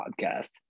podcast